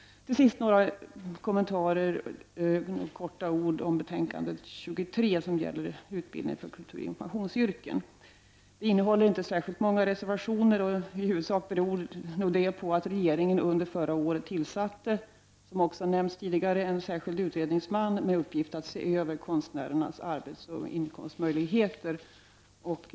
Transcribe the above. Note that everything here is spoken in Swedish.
Till sist några ord om betänkande 23, som gäller anslag till utbildning för kulturoch informationsyrken. Detta betänkande innehåller inte särskilt många reservationer. I huvudsak beror nog detta på att regeringen under förra året — som också nämnts tidigare — tillsatte en särskild utredningsman med uppgift att se över konstnärernas arbetsoch inkomstmöjligheter.